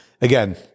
again